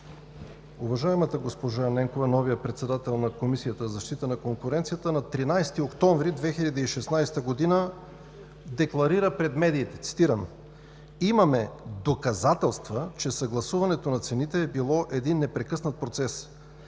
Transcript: Уважаемата госпожа Ненкова – новият председател на Комисията за защита на конкуренцията, на 13 октомври 2016 г. декларира пред медиите, цитирам: „Имаме доказателства, че съгласуването на цените е било непрекъснат процес.